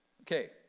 Okay